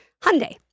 Hyundai